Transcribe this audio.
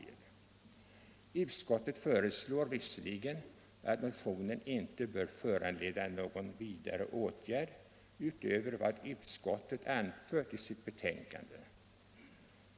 Utskottet föreslår att motionen inte bör föranleda någon vidare åtgärd utöver vad utskottet anfört i sitt betänkande.